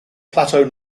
plateau